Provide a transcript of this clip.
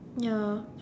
ya